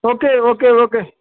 okay okay okay